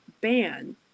ban